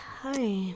Hi